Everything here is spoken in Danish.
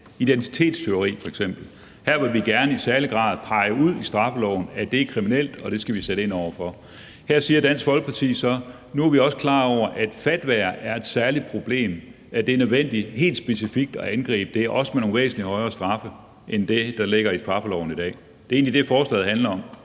identitetstyveri f.eks., og her vil vi gerne i særlig grad pege ud i straffeloven, at det er kriminelt, og at vi skal sætte ind over for det. Her siger Dansk Folkeparti så, at nu er vi også klar over, at fatwaer er et særligt problem, og at det er nødvendigt helt specifikt at angribe det, også med nogle væsentlig højere straffe end det, der ligger i straffeloven i dag. Det er egentlig det, forslaget handler om,